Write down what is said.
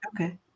Okay